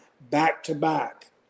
back-to-back